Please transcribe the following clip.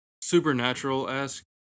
supernatural-esque